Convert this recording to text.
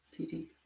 PD